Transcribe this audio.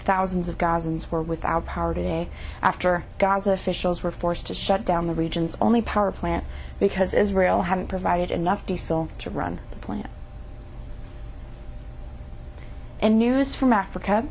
thousands of gazans were without power today after gaza officials were forced to shut down the region's only power plant because israel hadn't provided enough diesel to run the plant and news from africa